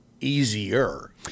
easier